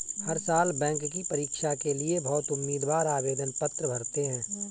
हर साल बैंक की परीक्षा के लिए बहुत उम्मीदवार आवेदन पत्र भरते हैं